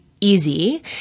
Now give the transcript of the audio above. easy